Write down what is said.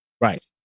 Right